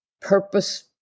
purpose